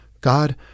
God